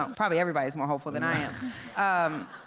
ah and probably everybody's more hopeful than i am. um